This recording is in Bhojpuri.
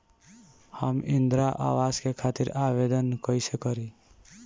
हम इंद्रा अवास के खातिर आवेदन कइसे करी?